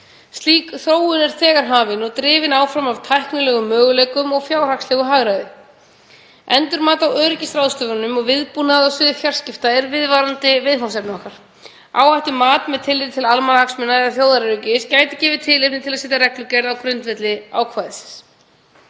Slík þróun er þegar hafin og drifin áfram af tæknilegum möguleikum og fjárhagslegu hagræði. Endurmat á öryggisráðstöfunum og viðbúnaður á sviði fjarskipta er viðvarandi viðfangsefni okkar. Áhættumat með tilliti til almannahagsmuna eða þjóðaröryggis gæti gefið tilefni til að setja reglugerð á grundvelli ákvæðisins.